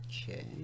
Okay